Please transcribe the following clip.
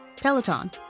Peloton